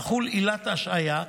תחול עילת השעיה,